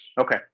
Okay